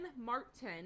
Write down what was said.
martin